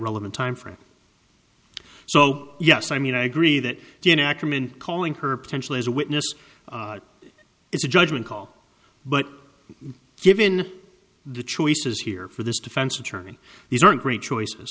relevant time frame so yes i mean i agree that jayne ackerman calling her potential as a witness is a judgment call but given the choices here for this defense attorney these aren't great choices